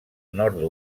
nord